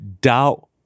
doubt